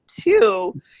Two